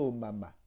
mama